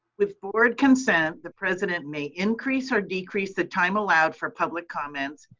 with board consent, the president may increase or decrease the time allowed for public comments,